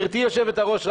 גברתי יושבת הראש,